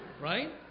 right